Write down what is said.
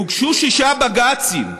הוגשו שישה בג"צים.